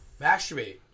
Masturbate